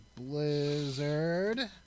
blizzard